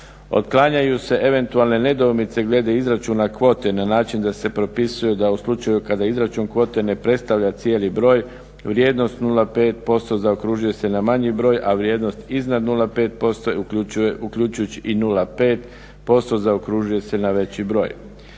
Otklanjaju se eventualne nedoumice glede izračuna kvote na način da se propisuju da u slučaju kada izračun kvote ne predstavlja cijeli broj, vrijednost 0,5% zaokružuje se na manji broj, a vrijednost iznad 0,5% uključujući i 0,5% zaokružuje se na veći broj.